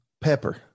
pepper